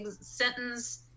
sentence